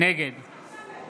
נגד